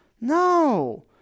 No